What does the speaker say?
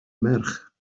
merch